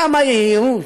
כמה יהירות,